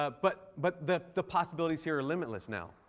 but but but the the possibilities here are limitless now.